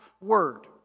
word